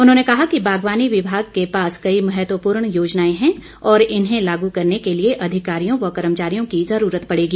उन्होंने कहा कि बागवानी विभाग के पास कई महत्पूर्ण योजनाए है और इन्हें लागू करने के लिए अधिकारियों व कर्मचारियों की जरूरत पड़ेगी